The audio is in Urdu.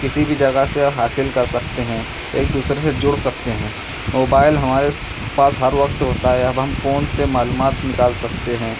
کسی بھی جگہ سے اب حاصل کر سکتے ہیں ایک دوسرے سے جڑ سکتے ہیں موبائل ہمارے پاس ہر وقت ہوتا ہے اب ہم فون سے معلومات نکال سکتے ہیں